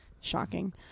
Shocking